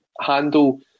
handle